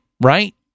Right